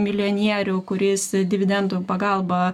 milijonierių kuris dividendų pagalba